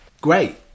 Great